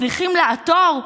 מצליחים לעתור,